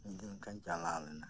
ᱢᱤᱜ ᱫᱤᱱ ᱚᱝᱠᱟᱧ ᱪᱟᱞᱟᱣ ᱞᱮᱱᱟ